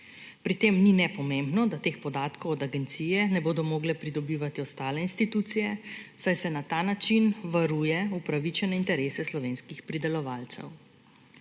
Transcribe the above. Pri tem ni nepomembno, da teh podatkov od agencije ne bodo mogle pridobivati ostale institucije, saj se na ta način varuje upravičene interese slovenskih pridelovalcev.